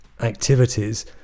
activities